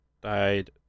Died